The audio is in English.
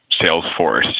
Salesforce